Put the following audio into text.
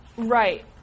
Right